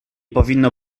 powinno